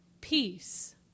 peace